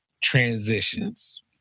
transitions